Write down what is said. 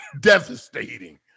devastating